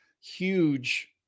huge